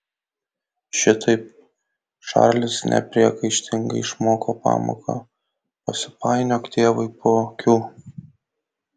šitaip čarlis nepriekaištingai išmoko pamoką nesipainiok tėvui po akių